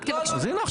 רק תבקשו --- אז הנה,